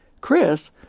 Chris